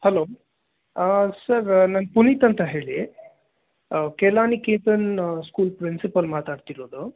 hello ಹಾಂ sir ನಾನು ಪುನೀತ್ ಅಂತ ಹೇಳಿ ಕಲಾನಿಕೇತನ್ ಸ್ಕೂಲ್ ಪ್ರಿನ್ಸಿಪಾಲ್ ಮಾತಾಡ್ತಿರೋದು